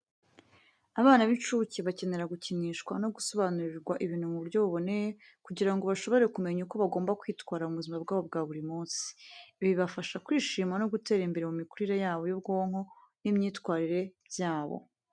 Abana b'incuke bakenera gukinishwa no gusobanurirwa ibintu mu buryo buboneye kugira ngo bashobore kumenya uko bagomba kwitwara mu buzima bwabo bwa buri munsi. Ibi bibafasha kwishima no gutera imbere mu mikurire yabo y'ubwonko n'imyitwarire byabo.